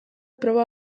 proba